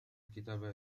الكتاب